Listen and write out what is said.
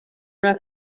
una